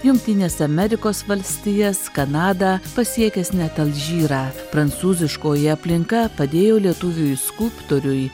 jungtines amerikos valstijas kanadą pasiekęs net alžyrą prancūziškoji aplinka padėjo lietuviui skulptoriui